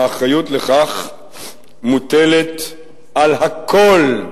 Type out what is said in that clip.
האחריות לכך מוטלת על הכול.